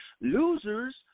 Losers